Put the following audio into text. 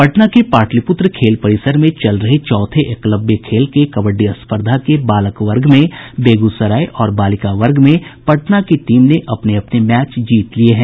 पटना के पाटलिपुत्र खेल परिसर में चल रहे चौथे एकलव्य खेल के कबड्डी स्पर्धा के बालक वर्ग में बेगूसराय और बालिका वर्ग में पटना की टीम ने अपने अपने मैच जीत लिये हैं